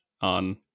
on